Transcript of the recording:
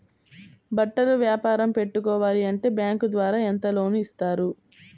బట్టలు వ్యాపారం పెట్టుకోవాలి అంటే బ్యాంకు ద్వారా ఎంత లోన్ ఇస్తారు?